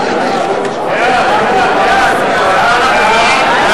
התשע"א 2011. אנחנו מצביעים.